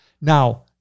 Now